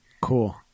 Cool